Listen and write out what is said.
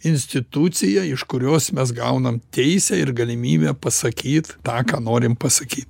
instituciją iš kurios mes gaunam teisę ir galimybę pasakyt tą ką norim pasakyt